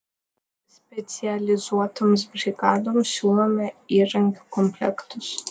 specializuotoms brigadoms siūlome įrankių komplektus